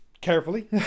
carefully